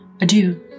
adieu